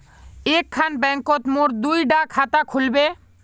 एक खान बैंकोत मोर दुई डा खाता खुल बे?